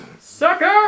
Sucker